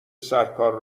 سرکار